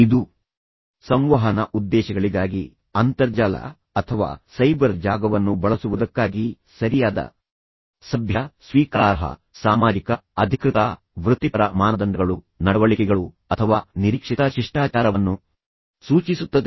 ಇದು ಸಂವಹನ ಉದ್ದೇಶಗಳಿಗಾಗಿ ಅಂತರ್ಜಾಲ ಅಥವಾ ಸೈಬರ್ ಜಾಗವನ್ನು ಬಳಸುವುದಕ್ಕಾಗಿ ಸರಿಯಾದ ಸಭ್ಯ ಸ್ವೀಕಾರಾರ್ಹ ಸಾಮಾಜಿಕ ಅಧಿಕೃತ ವೃತ್ತಿಪರ ಮಾನದಂಡಗಳು ನಡವಳಿಕೆಗಳು ಅಥವಾ ನಿರೀಕ್ಷಿತ ಶಿಷ್ಟಾಚಾರವನ್ನು ಸೂಚಿಸುತ್ತದೆ